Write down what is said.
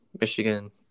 Michigan